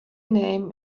name